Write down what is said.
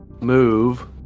move